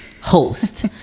host